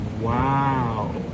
Wow